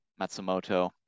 Matsumoto